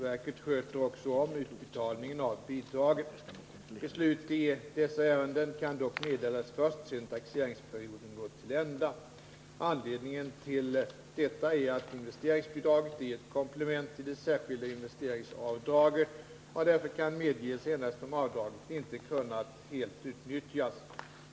Verket sköter också om utbetalningen av bidragen. Beslut i dessa ärenden kan dock meddelas först sedan taxeringsperioden gått till ända. Anledningen till detta är att investeringsbidraget är ett komplement till det särskilda investeringsavdraget och därför kan medges endast om avdraget inte kunnat helt utnyttjas.